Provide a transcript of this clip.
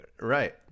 Right